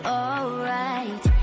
alright